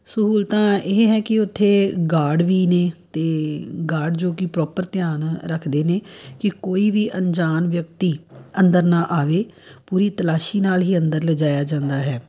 ਸਹੂਲਤਾਂ ਇਹ ਹੈ ਕਿ ਉੱਥੇ ਗਾਰਡ ਵੀ ਨੇ ਅਤੇ ਗਾਰਡ ਜੋ ਕਿ ਪ੍ਰੋਪਰ ਧਿਆਨ ਰੱਖਦੇ ਨੇ ਕਿ ਕੋਈ ਵੀ ਅਣਜਾਣ ਵਿਅਕਤੀ ਅੰਦਰ ਨਾ ਆਵੇ ਪੂਰੀ ਤਲਾਸ਼ੀ ਨਾਲ ਹੀ ਅੰਦਰ ਲਿਜਾਇਆ ਜਾਂਦਾ ਹੈ